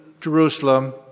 Jerusalem